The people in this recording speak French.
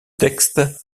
texte